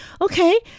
Okay